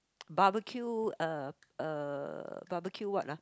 barbeque uh uh barbeque what ah